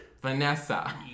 Vanessa